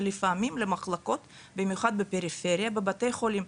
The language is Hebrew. שלפעמים למחלקות במיוחד בפריפריה בבתי חולים,